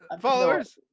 followers